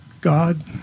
God